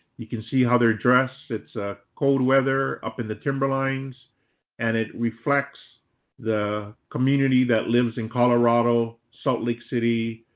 you can see how they're dressed. it's a cold weather up in the timberlines and it reflects the community that lives in colorado, salt lake city,